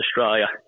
Australia